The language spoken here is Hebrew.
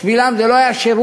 בשבילם זה לא היה שירות.